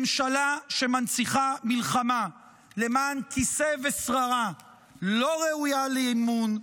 ממשלה שמנציחה מלחמה למען כיסא ושררה לא ראויה לאמון,